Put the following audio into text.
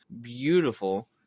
beautiful